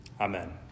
Amen